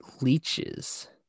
Leeches